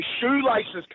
shoelaces